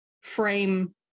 frame